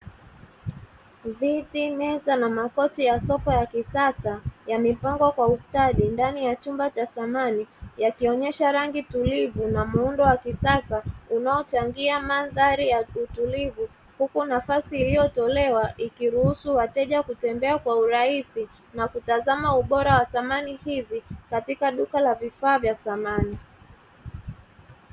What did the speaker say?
Viti, meza, na makochi ya sofa ya kisasa yamepangwa kwa ustadi ndani ya chumba cha samani yakionyesha rangi tulivu na muundo wa kisasa unaochangia mandhari ya utulivu huku nafasi iliyotolewa ikiruhusu wateja kutembea kwa urahisi na kutazama ubora wa samani hizi katika duka la vifaa vya samani.